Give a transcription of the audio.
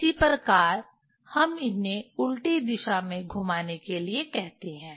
इसी प्रकार हम उन्हें उल्टी दिशा में घुमाने के लिए कहते हैं